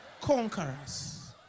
conquerors